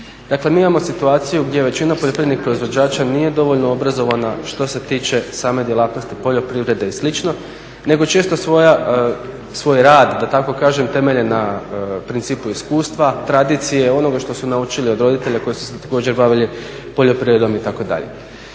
Dakle, mi imamo situaciju gdje većina poljoprivrednih proizvođača nije dovoljno obrazovana što se tiče same djelatnosti poljoprivrede i slično, nego često svoj rad da tako kažem temelje na principu iskustva, tradicije, onoga što su naučili od roditelja koji su se također bavili poljoprivredom itd.